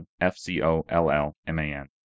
F-C-O-L-L-M-A-N